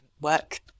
Work